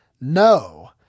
no